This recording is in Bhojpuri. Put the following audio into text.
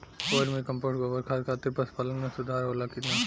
वर्मी कंपोस्ट गोबर खाद खातिर पशु पालन में सुधार होला कि न?